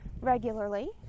regularly